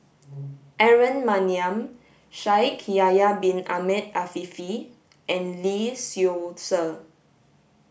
Aaron Maniam Shaikh Yahya bin Ahmed Afifi and Lee Seow Ser